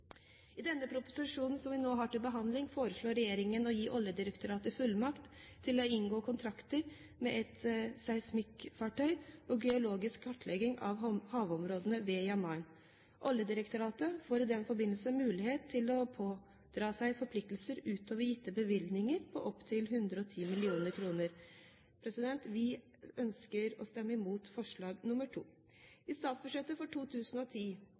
I denne proposisjonen som vi nå har til behandling, foreslår regjeringen å gi Oljedirektoratet fullmakt til å inngå kontrakt med et seismikkfartøy om geologisk kartlegging av havområdene ved Jan Mayen. Oljedirektoratet får i den forbindelse mulighet til å pådra seg forpliktelser utover gitte bevilgninger på opptil 110 mill. kr. Vi ønsker å stemme mot forslag nr. 2. I statsbudsjettet for 2010